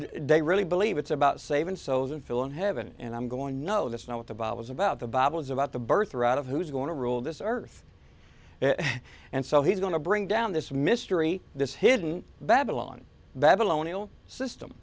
they really believe it's about saving souls and fill in heaven and i'm going no that's not what the bomb was about the bible is about the birthright of who's going to rule this earth and so he's going to bring down this mystery this hidden babylon babylonian system